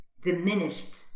diminished